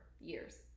years